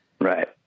Right